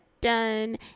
done